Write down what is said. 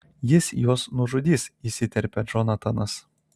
jis juos nužudys įsiterpia džonatanas